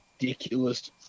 Ridiculous